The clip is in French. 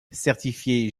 certifiés